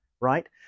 right